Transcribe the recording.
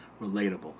relatable